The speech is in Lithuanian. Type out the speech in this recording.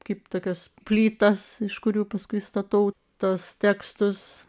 kaip tokias plytas iš kurių paskui statau tuos tekstus